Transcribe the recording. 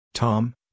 Tom